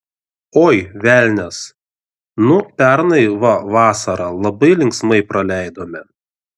oi velnias nu pernai va vasarą labai linksmai praleidome